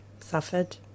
suffered